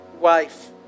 wife